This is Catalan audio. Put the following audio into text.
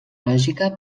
lògica